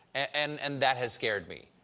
and and that has scared me,